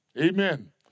Amen